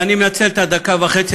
אני מנצל את הדקה וחצי,